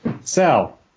Sal